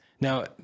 now